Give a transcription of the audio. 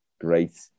Great